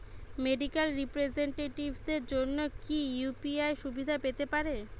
Medical রিপ্রেজন্টেটিভদের জন্য কি ইউ.পি.আই সুবিধা পেতে পারে?